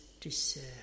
deserve